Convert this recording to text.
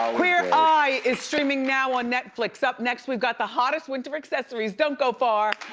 um queer eye is streaming now on netflix. up next, we've got the hottest winter accessories. don't go far.